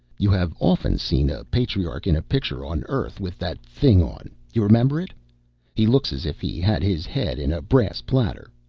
you have often seen a patriarch in a picture, on earth, with that thing on you remember it he looks as if he had his head in a brass platter.